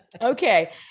Okay